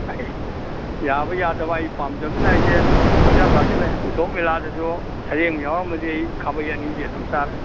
ꯌꯥꯕ ꯌꯥꯗꯕ ꯑꯩ ꯄꯥꯝꯖꯃꯤꯅ ꯑꯩꯗꯤ ꯑꯗꯨꯝ ꯄꯪꯆꯥ ꯆꯥꯁꯤꯜꯂꯦ ꯎꯁꯣꯞ ꯃꯦꯂꯥꯗꯁꯨ ꯁꯔꯦꯡꯕꯨ ꯌꯥꯎꯔꯝꯃꯗꯤ ꯑꯩ ꯈꯥꯕꯩ ꯑꯅꯤꯗꯤ ꯑꯗꯨꯝ ꯆꯥꯔꯦ